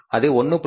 அது 1